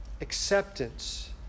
Acceptance